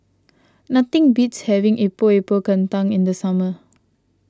nothing beats having Epok Epok Kentang in the summer